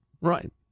Right